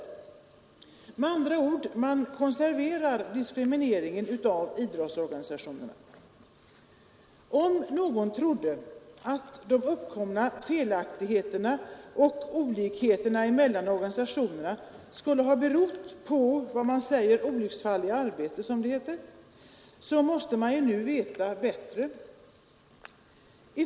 Med andra ord — man konserverar diskrimineringen av idrottsorganisationerna. Om någon trodde att de uppkomna felaktigheterna och olikheterna mellan organisationerna skulle ha berott på ”olycksfall i arbetet”, som det heter, så måste man ju nu veta bättre.